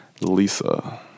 Lisa